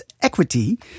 equity